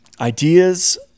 ideas